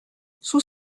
sous